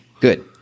Good